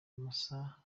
amasaha